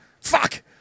fuck